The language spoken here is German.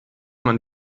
man